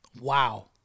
Wow